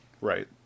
right